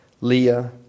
Leah